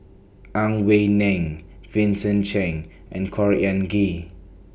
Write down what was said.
Ang Wei Neng Vincent Cheng and Khor Ean Ghee